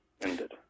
ended